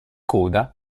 coda